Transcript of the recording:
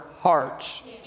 hearts